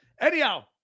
anyhow